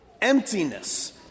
Emptiness